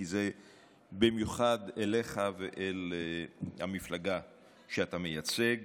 כי זה במיוחד אליך ואל המפלגה שאתה מייצג,